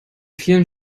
vielen